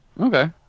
Okay